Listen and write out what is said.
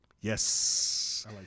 Yes